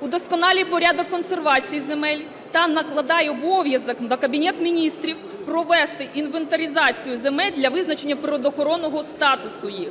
Удосконалює порядок консервації земель та накладає обов'язок на Кабінет Міністрів провести інвентаризацію земель для визначення природоохоронного статусу їх.